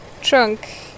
Trunk